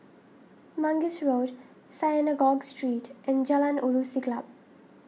Mangis Road Synagogue Street and Jalan Ulu Siglap